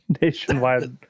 nationwide